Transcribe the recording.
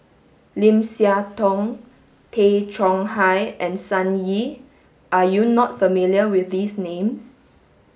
Lim Siah Tong Tay Chong Hai and Sun Yee are you not familiar with these names